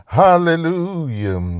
hallelujah